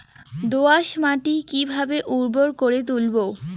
দোয়াস মাটি কিভাবে উর্বর করে তুলবো?